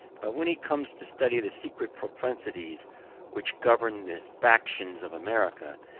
but when he comes to study the secret propensities which govern the factions of america,